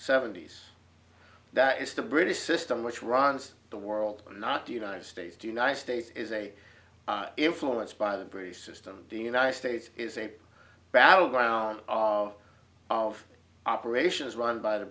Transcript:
seventy's that it's the british system which runs the world not the united states the united states is a influenced by the priest system the united states is a battleground of of operations run by the